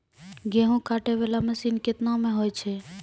गेहूँ काटै वाला मसीन केतना मे होय छै?